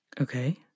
Okay